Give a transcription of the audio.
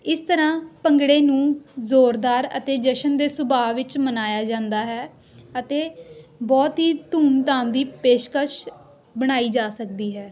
ਇਸ ਤਰ੍ਹਾਂ ਭੰਗੜੇ ਨੂੰ ਜ਼ੋਰਦਾਰ ਅਤੇ ਜਸ਼ਨ ਦੇ ਸੁਭਾਅ ਵਿੱਚ ਮਨਾਇਆ ਜਾਂਦਾ ਹੈ ਅਤੇ ਬਹੁਤ ਹੀ ਧੂਮ ਧਾਮ ਦੀ ਪੇਸ਼ਕਸ਼ ਬਣਾਈ ਜਾ ਸਕਦੀ ਹੈ